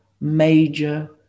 major